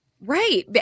Right